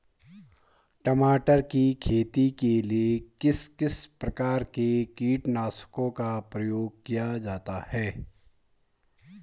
टमाटर की खेती के लिए किस किस प्रकार के कीटनाशकों का प्रयोग किया जाता है?